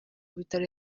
bitaro